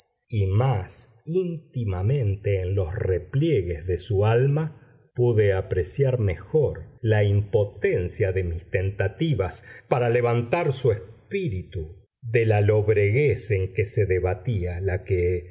y más íntimamente en los repliegues de su alma pude apreciar mejor la impotencia de mis tentativas para levantar su espíritu de la lobreguez en que se debatía la que